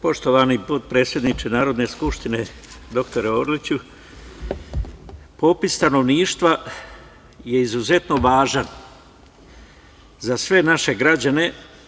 Poštovani potpredsedniče Narodne skupštine, dr Orliću, popis stanovništva je izuzeto važan za sve naše građane.